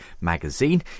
magazine